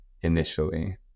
initially